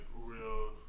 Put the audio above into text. Real